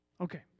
Okay